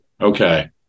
Okay